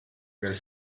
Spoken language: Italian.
nel